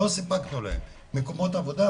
לא סיפקנו להם מקומות עבודה,